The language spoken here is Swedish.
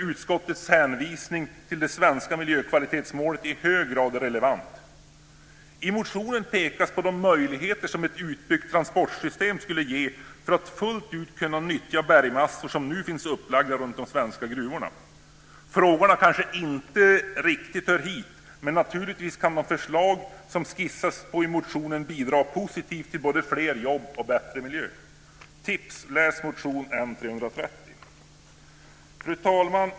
Utskottets hänvisning till det svenska miljökvalitetsmålet är i hög grad relevant. I motionen pekas på de möjligheter som ett utbyggt transportsystem skulle ge för att fullt ut kunna nyttja bergmassor som nu finns upplagda runt de svenska gruvorna. Frågorna kanske inte riktigt hör hit, men naturligtvis kan de förslag som skissas på i motionen bidra positivt till både fler jobb och bättre miljö. Tips: Läs motion N330! Fru talman!